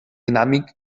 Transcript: dinàmic